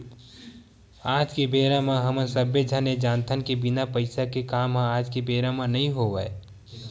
आज के बेरा म हमन सब्बे झन ये जानथन के बिना पइसा के काम ह आज के बेरा म नइ होवय